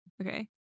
okay